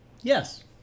Yes